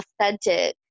authentic